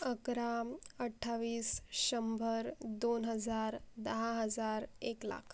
अकराम् अठ्ठावीस शंभर दोन हजार दहा हजार एक लाख